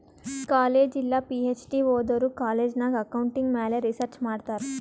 college ಇಲ್ಲ PhD ಓದೋರು college ನಾಗ್ ಅಕೌಂಟಿಂಗ್ ಮ್ಯಾಲ ರಿಸರ್ಚ್ ಮಾಡ್ತಾರ್